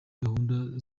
gahunda